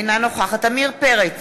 אינה נוכחת עמיר פרץ,